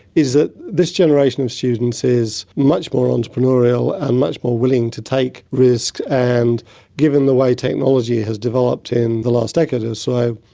is that this generation of students is much more entrepreneurial and ah much more willing to take risks. and given the way technology has developed in the last decade or so,